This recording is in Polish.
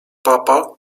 papa